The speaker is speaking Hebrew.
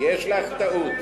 יש לך טעות,